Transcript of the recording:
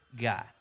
God